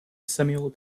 samuel